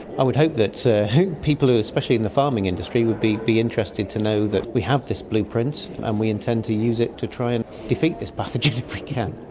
i would hope that so people, ah especially in the farming industry, would be be interested to know that we have this blueprint and we intend to use it to try and defeat this pathogen if we can.